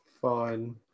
Fine